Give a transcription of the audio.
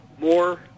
more